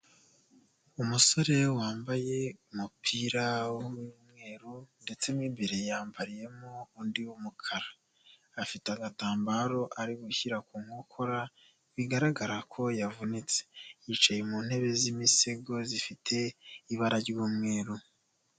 Umusore wambaye umupira w'umweru ndetse n'imbere yambariyemo undi w'umukara, afite agatambaro ari gushyira ku nkokora bigaragara ko yavunitse, yicaye mu ntebe z'imisego zifite ibara ry'umweru.